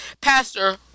Pastor